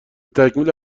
تکمیل